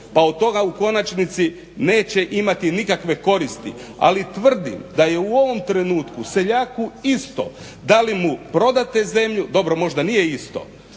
pa od toga u konačnici neće imati nikakve koristi. Ali tvrdim da je u ovom trenutku seljaku isto da li mu prodate zemlju, dobro možda nije isto